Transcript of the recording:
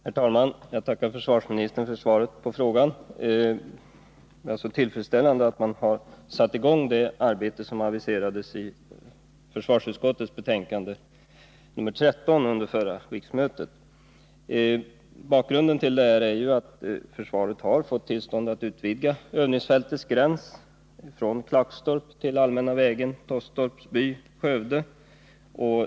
Herr talman! Jag tackar försvarsministern för svaret på frågan. Det är tillfredsställande att man har satt i gång det arbete som aviserades i försvarsutskottets betänkande 13 från förra riksmötet. Bakgrunden till detta är att försvaret har fått tillstånd att utvidga övningsfältets gräns från Klagstorp till allmänna vägen Tåstorps by-Skövde.